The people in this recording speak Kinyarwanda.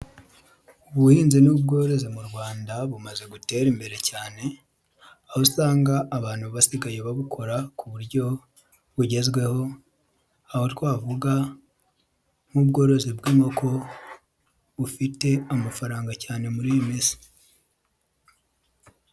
Ubuhinzi n'ubworozi mu Rwanda bumaze gutera imbere cyane, aho usanga abantu basigaye babukora ku buryo bugezweho, aba twavuga nk'ubworozi bw'inkoko, bufite amafaranga cyane muri iyi minsi.